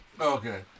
okay